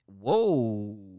whoa